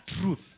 truth